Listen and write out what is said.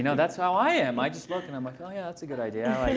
you know that's how i am. i just look, and i'm like. oh yeah. that's a good idea. i